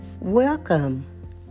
Welcome